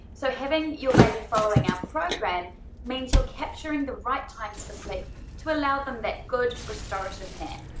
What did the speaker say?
so having your baby following our program means you're capturing the right times for sleep to allow them that good restorative nap.